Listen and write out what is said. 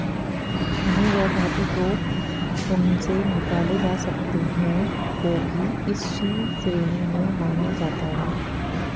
खनिज और धातु जो उनसे निकाले जा सकते हैं को भी इसी श्रेणी में माना जाता है